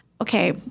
Okay